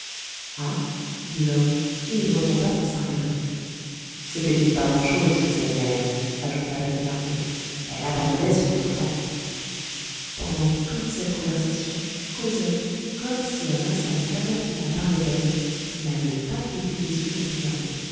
ah dit l'homme et il retomba dans sa rêverie c'était une pas grand'chose que cette mère ajouta la thénardier elle abandonnait son enfant pendant toute cette conversation cosette comme si un instinct l'eût avertie qu'on parlait d'elle n'avait pas quitté des yeux la thénardier